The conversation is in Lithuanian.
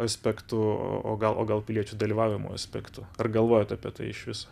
aspektu o gal o gal piliečių dalyvavimo aspektu ar galvojat apie tai iš viso